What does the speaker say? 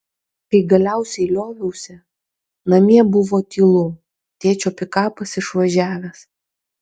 kai galiausiai lioviausi namie buvo tylu tėčio pikapas išvažiavęs